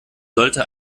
sollte